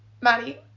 Maddie